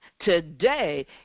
today